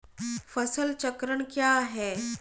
फसल चक्रण क्या है?